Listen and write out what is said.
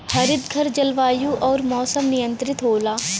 हरितघर जलवायु आउर मौसम नियंत्रित होला